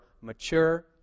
mature